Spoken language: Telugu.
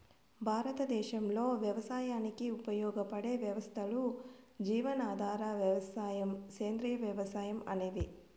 భారతదేశంలో వ్యవసాయానికి ఉపయోగపడే వ్యవస్థలు జీవనాధార వ్యవసాయం, సేంద్రీయ వ్యవసాయం అనేవి